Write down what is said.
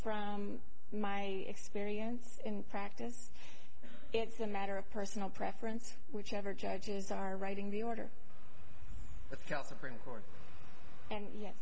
from my experience in practice it's a matter of personal preference whichever judges are writing the order to tell supreme court and ye